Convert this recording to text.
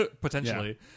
potentially